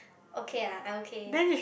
okay lah I okay